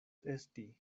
esti